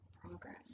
progress